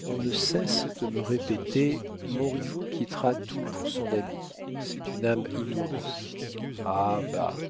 on ne cesse de me répéter montriveau quittera tout pour son ami c'est une âme immense ah bah